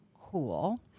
cool